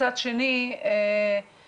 מצד שני הלקוח,